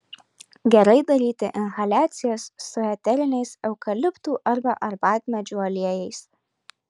gerai daryti inhaliacijas su eteriniais eukaliptų arba arbatmedžių aliejais